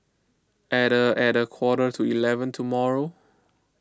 at a at a quarter to eleven tomorrow